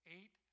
Eight